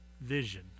vision